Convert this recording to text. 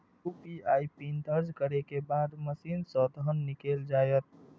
UPI PIN दर्ज करै के बाद मशीन सं धन निकैल जायत